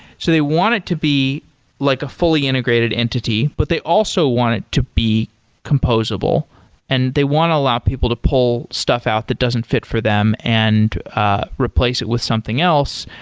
so they want it to be like a fully integrated entity, but they also want it to be composable and they want to allow people to pull stuff out that doesn't fit for them and ah replace it with something else.